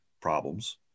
problems